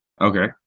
Okay